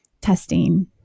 testing